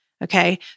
Okay